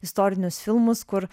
istorinius filmus kur